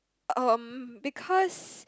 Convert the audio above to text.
um because